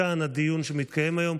מכאן הדיון שמתקיים היום,